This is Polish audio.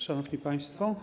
Szanowni Państwo!